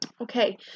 Okay